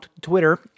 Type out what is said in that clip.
Twitter